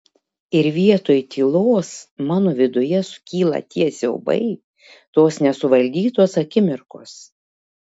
ir vietoj tylos mano viduje sukyla tie siaubai tos nesuvaldytos akimirkos